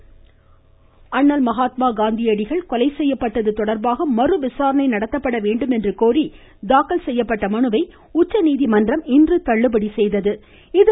அண்ணல் மகாத்மா அண்ணல் மகாத்மா காந்தியடிகள் கொலை செய்யப்பட்டது தொடர்பாக மறு விசாரணை நடத்தப்படவேண்டும் என்று கோரி தாக்கல் செய்யப்பட்ட மனுவை உச்சநீதிமன்றம் இன்று தள்ளுபடி செய்தது